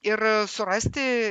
ir surasti